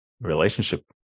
relationship